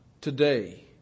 today